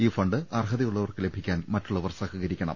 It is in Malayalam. ഈ ഫണ്ട് അർഹതയുള്ളവർക്ക് ലഭിക്കാൻ മറ്റുള്ളവർ സഹകരി ക്കണം